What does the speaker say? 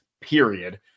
period